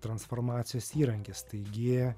transformacijos įrankis taigi